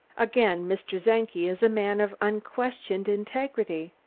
again, mr. czenki is a man of unquestioned integrity.